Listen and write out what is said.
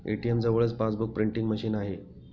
ATM जवळच passbook printing machine आहे